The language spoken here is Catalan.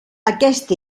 aquest